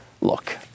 Look